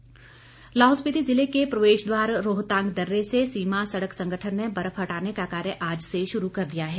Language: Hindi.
रोहतांग लाहौल स्पिति जिले के प्रवेश द्वार रोहतांग दर्रे से सीमा सड़क संगठन ने बर्फ हटाने का कार्य आज से शुरू कर दिया है